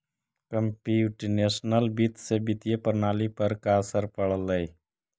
computational वित्त से वित्तीय प्रणाली पर का असर पड़लइ